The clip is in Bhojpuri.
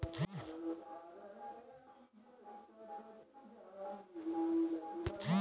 इलेक्ट्रॉनिक क्लियरिंग सर्विसेज तोहरे वेतन, निवेश से लाभांश आदि पावे क डिजिटल तरीका हौ